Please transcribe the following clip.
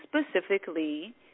specifically